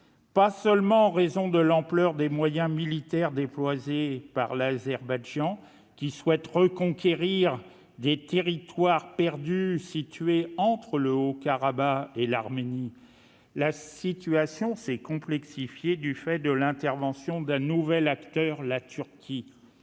pas seulement en raison de l'ampleur des moyens militaires déployés par l'Azerbaïdjan, qui souhaite reconquérir les territoires perdus situés entre le Haut-Karabagh et l'Arménie. La situation s'est complexifiée du fait de l'intervention d'un nouvel acteur, la Turquie,